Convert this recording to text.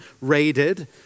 raided